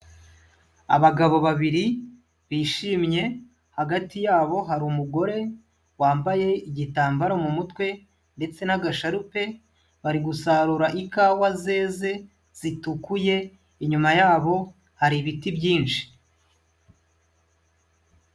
Abagabo babiri bishimye hagati yabo hari umugore wambaye igitambaro mu mutwe ndetse n'agasharupe bari gusarura ikawa zeze zitukuye, inyuma yabo hari ibiti byinshi.